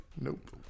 Nope